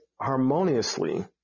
harmoniously